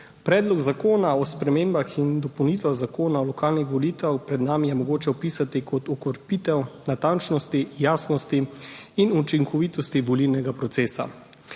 Predlog zakona o spremembah in dopolnitvah Zakona o lokalnih volitvah pred nami je mogoče opisati kot okrepitev natančnosti, jasnosti in učinkovitosti volilnega procesa.